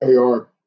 AR